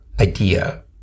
idea